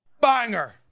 banger